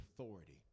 authority